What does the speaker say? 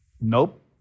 Nope